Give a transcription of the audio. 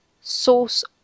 source